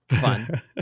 fun